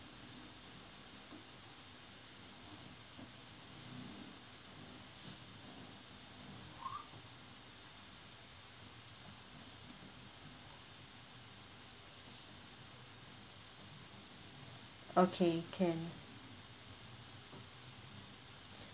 okay can